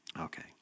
Okay